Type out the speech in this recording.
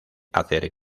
hacer